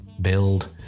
build